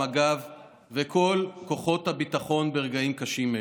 מג"ב וכל כוחות הביטחון ברגעים קשים אלה.